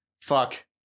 Fuck